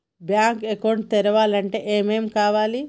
Bank account తెరవాలంటే ఏమేం కావాలి?